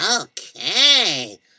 Okay